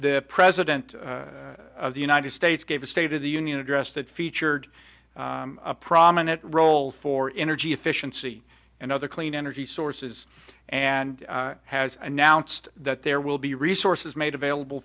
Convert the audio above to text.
the president of the united states gave a state of the union address that fee a prominent role for energy efficiency and other clean energy sources and has announced that there will be resources made available